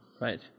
Right